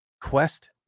quest